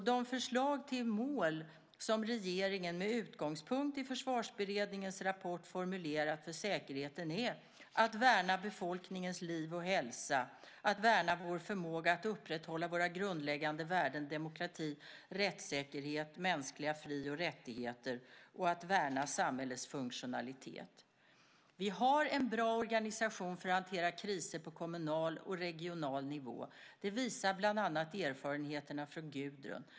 De förslag till mål som regeringen med utgångspunkt i Försvarsberedningens rapport formulerat för säkerheten är att värna befolkningens liv och hälsa, att värna vår förmåga att upprätthålla våra grundläggande värden, demokrati, rättssäkerhet och mänskliga fri och rättigheter, samt att värna samhällets funktionalitet. Vi har en bra organisation för att hantera kriser på kommunal och regional nivå. Det visar bland annat erfarenheterna från Gudrun.